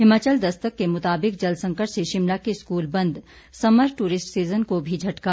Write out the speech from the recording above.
हिमाचल दस्तक के मुताबिक जलसंकट से शिमला के स्कूल बंद समर टूरिस्ट सीजन को भी झटका